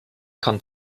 kann